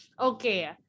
Okay